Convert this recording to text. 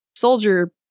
Soldier